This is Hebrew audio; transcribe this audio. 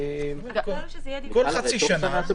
כל חצי שנה.